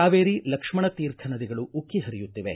ಕಾವೇರಿ ಲಕ್ಷ್ಮಣತೀರ್ಥ ನದಿಗಳು ಉಕ್ಕಿ ಹರಿಯುತ್ತಿವೆ